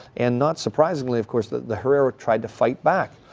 and not surprisingly of course the herero tried to fight back.